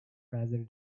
rather